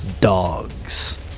dogs